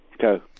Go